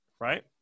right